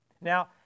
Now